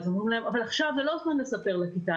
אז אומרים להם: אבל עכשיו זה לא זמן טוב לספר לכיתה,